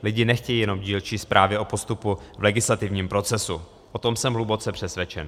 Lidi nechtějí jenom dílčí zprávy o postupu v legislativním procesu, o tom jsem hluboce přesvědčen.